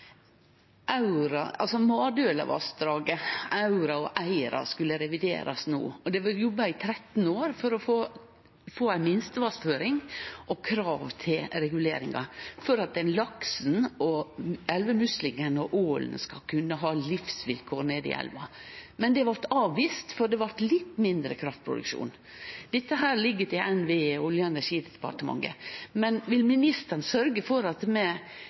Aura og Eira skulle reviderast no, og det har vore jobba i 13 år for å få ei minstevassføring og krav til regulering for at laks, elvemusling og ål skal kunne ha livsvilkår i elva. Det blei avvist fordi det blei litt mindre kraftproduksjon. Dette ligg til NVE og Olje- og energidepartementet, men vil statsråden sørgje for at